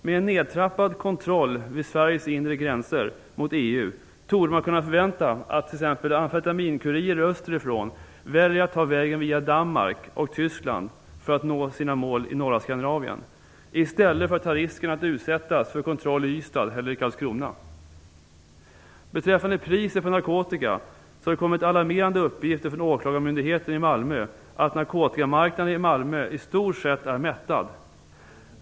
Med en nedtrappad kontroll vid Sveriges inre gränser mot EU torde man kunna förvänta att t.ex. amfetaminkurirer österifrån väljer att ta vägen via Danmark och Tyskland för att nå sina mål i norra Skandinavien i stället för att ta risken att utsättas för kontroll i Ystad eller Karlskrona. Beträffande priset på narkotika har det kommit alarmerande uppgifter från åklagarmyndigheten i Malmö att narkotikamarknaden i Malmö i stort sett är mättad.